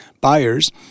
buyers